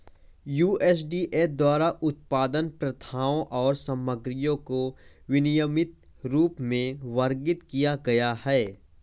USDA द्वारा उत्पादन प्रथाओं और सामग्रियों को विनियमित रूप में वर्गीकृत किया गया है